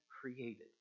created